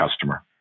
customer